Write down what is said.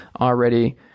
already